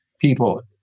people